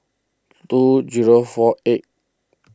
two zero four eighth